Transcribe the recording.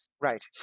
right